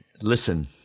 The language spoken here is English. listen